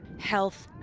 health,